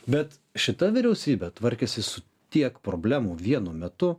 bet šita vyriausybė tvarkėsi su tiek problemų vienu metu